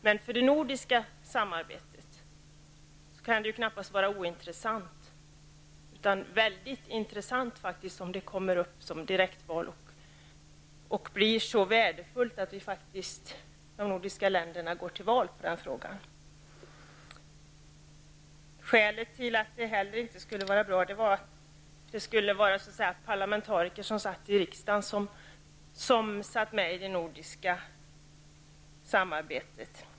Men för det nordiska samarbetet kan det knappast vara ointressant, utan faktiskt väldigt intressant om frågan om direktval kommer upp och blir så värdefull att de nordiska länderna går till val på den frågan. Ett annat skäl till att det inte skulle vara bra med direktval var att det då inte skulle bli parlamentariker som satt i riksdagen som skulle vara med i det nordiska samarbetet.